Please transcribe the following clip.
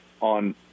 on